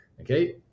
Okay